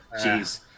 Jeez